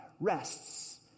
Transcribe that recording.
rests